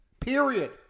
Period